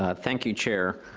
ah thank you, chair.